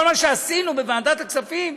כל מה שעשינו בוועדת הכספים,